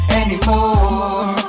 anymore